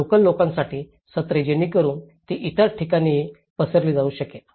local लोकांसाठी सत्रे जेणेकरून ती इतर ठिकाणीही पसरली जाऊ शकेल